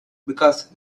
because